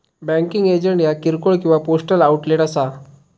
banking agent ह्या किरकोळ किंवा पोस्टल आउटलेट असा